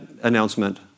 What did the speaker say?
announcement